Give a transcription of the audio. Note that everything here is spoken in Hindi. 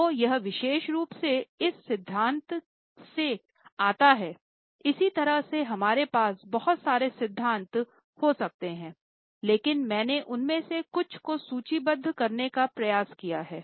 तो यह विशेष रूप से इस सिद्धांत से आता है इसी तरह से हमारे पास बहुत सारे सिद्धांत हो सकते हैं लेकिन मैंने उनमें से कुछ को सूचीबद्ध करने का प्रयास किया है